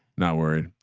not worried.